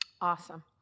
awesome